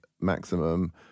maximum